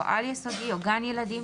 על יסודי או גן ילדים